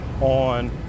on